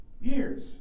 Years